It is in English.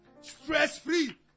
Stress-free